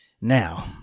Now